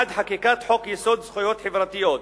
1. חקיקת חוק-יסוד: זכויות חברתיות,